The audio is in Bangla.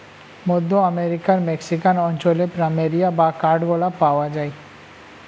মধ্য আমেরিকার মেক্সিকান অঞ্চলে প্ল্যামেরিয়া বা কাঠ গোলাপ পাওয়া যায়